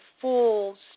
full